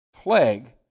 plague